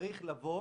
צריך לבוא